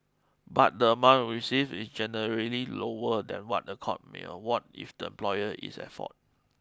but the amount received is generally lower than what a court may award if the employer is at fault